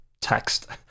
text